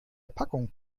packung